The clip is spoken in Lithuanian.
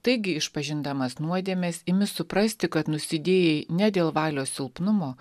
taigi išpažindamas nuodėmes imi suprasti kad nusidėjai ne dėl valios silpnumo